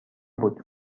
بود